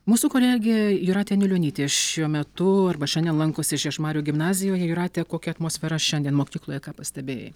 mūsų kolegė jūratė anilionytė šiuo metu arba šiandien lankosi žiežmarių gimnazijoje jūrate kokia atmosfera šiandien mokykloje ką pastebėjai